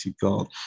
god